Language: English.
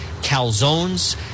calzones